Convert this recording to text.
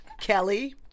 Kelly